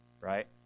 Right